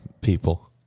people